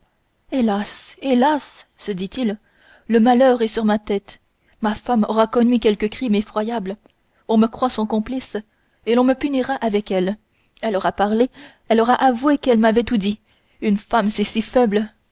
hélas hélas se dit-il le malheur est sur ma tête ma femme aura commis quelque crime effroyable on me croit son complice et l'on me punira avec elle elle en aura parlé elle aura avoué qu'elle m'avait tout dit une femme c'est si faible